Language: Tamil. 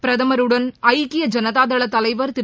பிரதமருடன் ஐக்கிய ஜனதாதள தலைவர் திரு